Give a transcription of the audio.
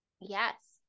Yes